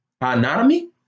Anatomy